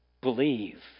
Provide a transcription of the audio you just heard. Believe